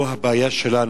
פה הבעיה שלנו.